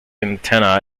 antenna